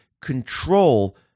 control